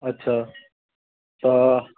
अच्छा तऽ